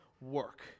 work